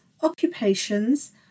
occupations